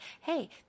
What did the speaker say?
hey